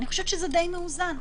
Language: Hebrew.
אני חושבת שזה די מאוזן.